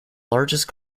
largest